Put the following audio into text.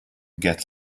get